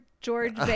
George